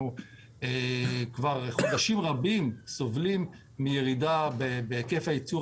כבר חודשים רבים אנחנו סובלים מירידה בהיקף הייצור,